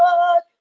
Lord